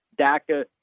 daca